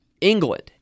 england